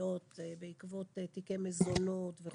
מגיעות בעקבות תיקי מזונות וכו'.